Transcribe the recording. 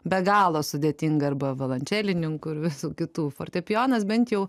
be galo sudėtinga arba violončelininkų ir visų kitų fortepijonas bent jau